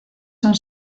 son